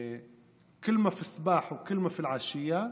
(אומר בערבית ומתרגם:)